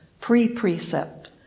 pre-precept